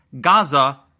Gaza